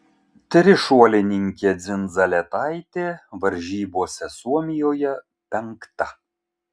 trišuolininkė dzindzaletaitė varžybose suomijoje penkta